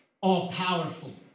all-powerful